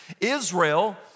Israel